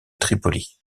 tripoli